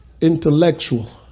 intellectual